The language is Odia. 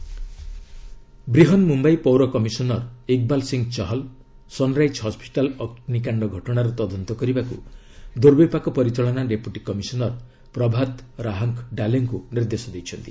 ମୁମ୍ଘାଇ ହସ୍କିଟାଲ୍ ଇନ୍କ୍ୱାରୀ ବ୍ରିହନ୍ ମୁମ୍ୟାଇ ପୌର commissioner Iqbal Singh Chahal Sunrise hospital ଅଗ୍ନିକାଣ୍ଡ ଘଟଣାର ତଦନ୍ତ କରିବାକୁ ଦୁର୍ବିପାକ ପରିଚାଳନା deputy commissioner Prabhat Rahangdale ଙ୍କୁ ନିର୍ଦ୍ଦେଶ ଦେଇଛନ୍ତି